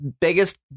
biggest